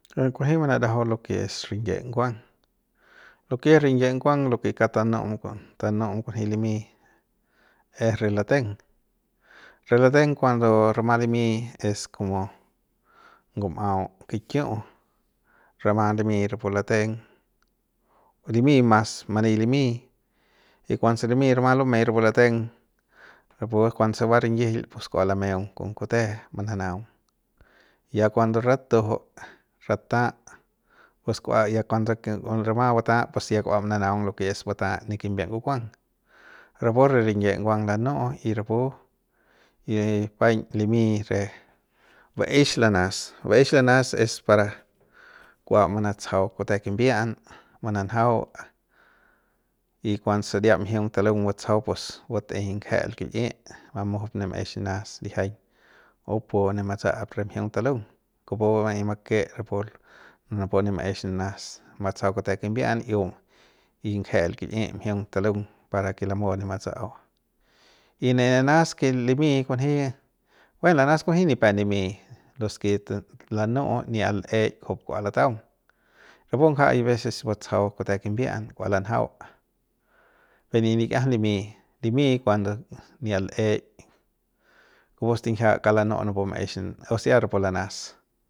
Buen lo ke kunji manarajau lo ke es rinyie nguang lo ke es rinyie nguang lo ke kaung tanu'um ku tanu'um kunji limy es re lateng re lateng kuando rama limy es komo ngum'au kiki'u rama limy rapu lateng limy mas many limy y kuanse limy rama lumy rapu lateng rapu kuanse va rinyijil pus kua lameung kon kute mananaung ya kuando ratu'ju rataa pues kua ya kuande rama bata'a pues ya kua mananaung lo ke es bataa ne kimbie ngukuang rapu re rinyie nguang lanu'u y rapu y paiñ limy re baex lanas baex lanas es para kua manatsajau kute kimbia'an mananjau y kuanse saria mjiung talung batsajau pues bat'ey nge'el kil'i mamujup ne maex nanas lijiañ bupu ne bupu ne matsa'ap re mjiung talung kupu ma'ey ra pu napu ne maex nanas matsajau kute kimbi'an y bun y ngejel kil'i mjiung talung para ke lamu ne matsa'au y ne nanas ke limy kunji buen nanas kunji nipep lim'i los ke te lanu'u ni'iat l'eik kujup kua lataung rapu ngajaik hay veces batsajau kute kimbi'an kua lanjau pe nip likiajam limy limy kuando n'iat l'eik kupu stinjia kauk lanu napu maex o sea rapu lanas.